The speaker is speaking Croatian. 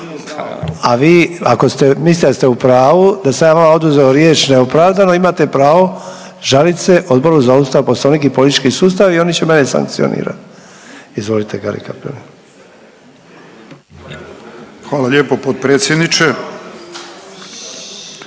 A vi ako ste, mislite da ste u pravu, da sam ja vama oduzeo riječ neopravdano, imate pravo žaliti se Odboru za Ustav, Poslovnik i politički sustav i oni će mene sankcionirati. Izvolite Gari Cappelli. **Cappelli,